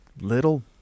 little